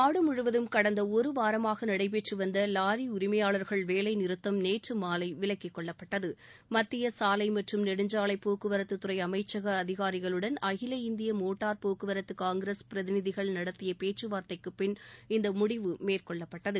நாடு முழுவதும் கடந்த ஒரு வாரமாக நடைபெற்று வந்த லாரி உரிமையாளர்கள் வேலை நிறுத்தம் நேற்று மாலை விலக்கிக்கொள்ளப்பட்டது மத்திய சாலை மற்றும் நெடுஞ்சாலை போக்குவரத்துத்துறை அமைச்சக அதிகாரிகளுடன் அகில இந்திய மோட்டார் போக்குவரத்து காங்கிரஸ் பிரதிநிதிகள் நடத்திய பேச்சுவார்த்தைக்குப்பின் இந்த முடிவு மேற்கொள்ளப்பட்டது